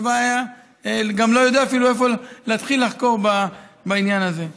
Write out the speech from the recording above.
הצבא גם לא יודע אפילו איפה להתחיל לחקור בעניין הזה.